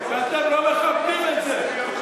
ואתם לא מכבדים את זה,